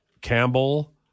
Campbell